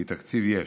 כי תקציב יש.